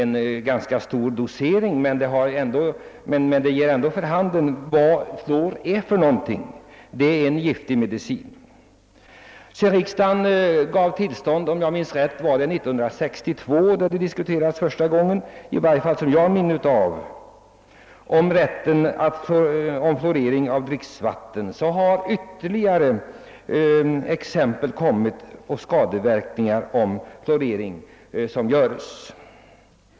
Måhända har doseringen varit ganska stor, men försöken ger ändå vid handen vad fluor är för någonting: det är en giftig medicin. Sedan riksdagen lämnade tillstånd till fluoridering av dricksvatten — om jag minns rätt var det år 1962 — har ytterligare exempel kommit fram på skadeverkningar av fluoridering.